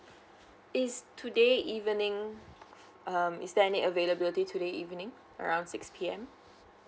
is today evening um is there any availability today evening around six P_M